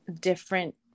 different